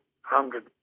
hundred